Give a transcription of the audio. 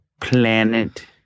Planet